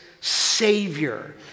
Savior